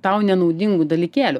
tau nenaudingų dalykėlių